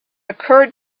occurred